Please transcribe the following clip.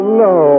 no